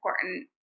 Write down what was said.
important